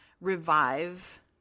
revive